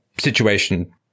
situation